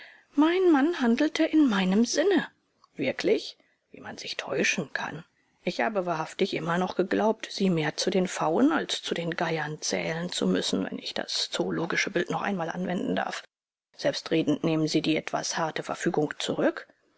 mein mann handelte in meinem sinne wirklich wie man sich täuschen kann ich hatte wahrhaftig immer noch geglaubt sie mehr zu den pfauen als zu den geiern zählen zu müssen wenn ich das zoologische bild noch einmal anwenden darf selbstredend nehmen sie die etwas harte verfügung zurück